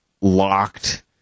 locked